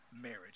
marriage